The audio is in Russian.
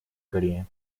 корея